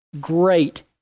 great